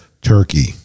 Turkey